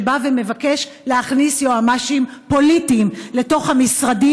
שבא ומבקש להכניס יועמ"שים פוליטיים לתוך המשרדים